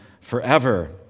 forever